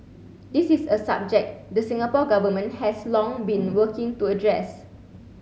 this is a subject the Singapore Government has long been working to address